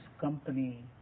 company